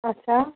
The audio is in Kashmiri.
آچھا